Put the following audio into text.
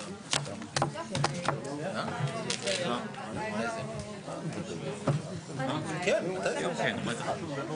הישיבה ננעלה בשעה 12:00.